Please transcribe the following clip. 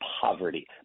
Poverty